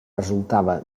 resultava